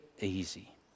easy